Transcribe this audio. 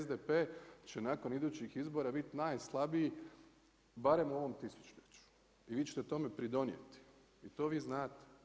SDP će nakon idući izbora bit najslabiji, barem u ovom tisućljeću i vi ćete tome pridonijeti i to vi znate.